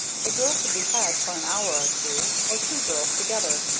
a girl could be had for an hour or two or two girls, together,